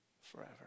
forever